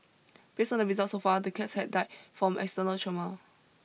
based on the results so far the cats had died from external trauma